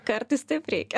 kartais taip reikia